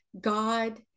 God